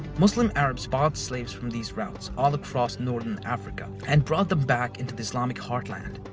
muslim arabs bought slaves from these routes all across norther and africa and brought them back into the islamic heartland.